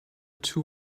two